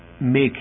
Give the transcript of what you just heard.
make